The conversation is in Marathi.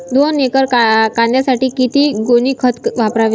दोन एकर कांद्यासाठी किती गोणी खत वापरावे?